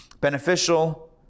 beneficial